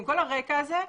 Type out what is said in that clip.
עם כל הרקע הזה,